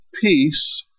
Peace